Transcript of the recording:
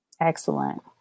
Excellent